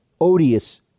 odious